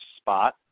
spot